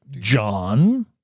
John